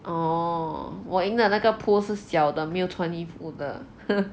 orh 我赢的那个 pooh 是小的没有穿衣服的